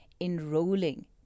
enrolling